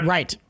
Right